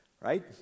right